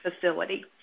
facility